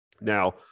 Now